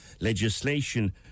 legislation